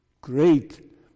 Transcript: Great